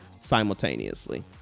simultaneously